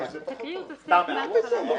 תקריאו את הסעיף מהתחלה.